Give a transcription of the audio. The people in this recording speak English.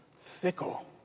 fickle